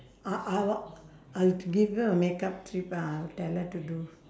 I I want I'll give you a makeup treatment I'll tell her to do